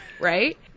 Right